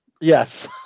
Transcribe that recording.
Yes